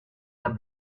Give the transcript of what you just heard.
the